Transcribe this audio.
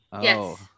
Yes